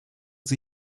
sie